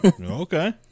Okay